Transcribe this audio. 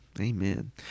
Amen